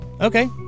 Okay